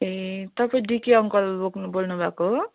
ए तपाईँ DK uncle बोक्नु बोल्नु भएको हो